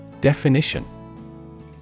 Definition